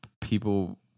people